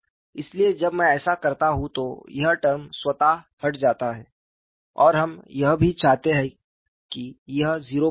इसलिए जब मैं ऐसा करता हूं तो यह टर्म स्वतः हट जाता है और हम यह भी चाहते हैं कि यह 0 पर जाए